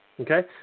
Okay